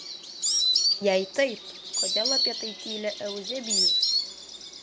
jei taip kodėl apie tai tyli euzebijus